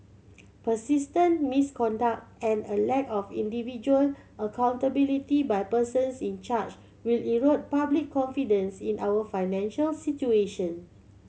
persistent misconduct and a lack of individual accountability by persons in charge will erode public confidence in our financial situation